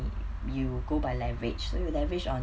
you go by leverage so you leverage on